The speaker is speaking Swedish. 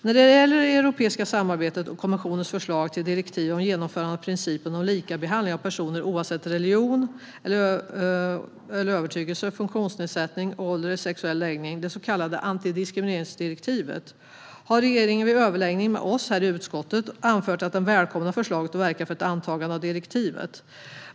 När det gäller det europeiska samarbetet och kommissionens förslag till direktiv om genomförande av principen om likabehandling av personer oavsett religion eller övertygelse, funktionsnedsättning, ålder eller sexuell läggning, det så kallade antidiskrimineringsdirektivet, har regeringen vid överläggning med oss i utskottet anfört att den välkomnar förslaget och verkar för ett antagande av direktivet.